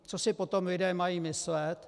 Co si potom lidé mají myslet?